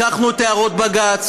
לקחנו את הערות בג"ץ